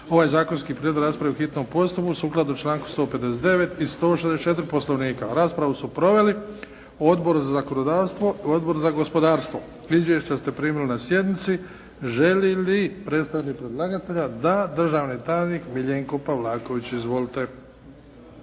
ovaj zakonski prijedlog raspraviti o hitnom postupku sukladno članku 159. i 164. Poslovnika. Raspravu su proveli Odbor za zakonodavstvo, Odbor za gospodarstvo. Izvješća se primili na sjednici. Želi li predstavnik predlagatelja? Da. Državni tajnik Miljenko Pavlaković. Izvolite.